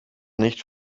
nicht